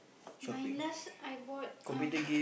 my last I bought um